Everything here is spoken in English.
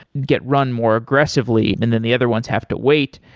get run more aggressively and then the other ones have to wait.